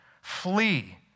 flee